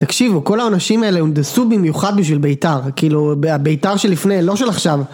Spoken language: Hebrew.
תקשיבו, כל האנשים האלה הונדסו במיוחד בשביל בית"ר. כאילו, בית"ר של לפני, לא של עכשיו.